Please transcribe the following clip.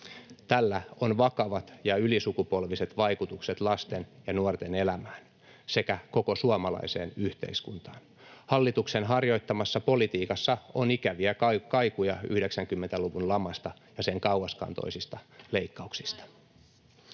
Tällä on vakavat ja ylisukupolviset vaikutukset lasten ja nuorten elämään sekä koko suomalaiseen yhteiskuntaan. Hallituksen harjoittamassa politiikassa on ikäviä kaikuja 90-luvun alun lamasta ja sen kauaskantoisista leikkauksista.